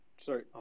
Sorry